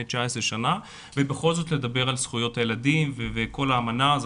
19 שנה ובכל זאת לדבר על זכויות הילדים וכל האמנה הזאת.